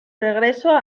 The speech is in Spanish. regreso